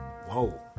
whoa